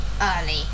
early